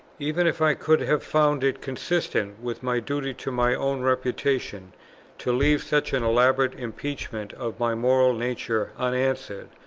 even if i could have found it consistent with my duty to my own reputation to leave such an elaborate impeachment of my moral nature unanswered,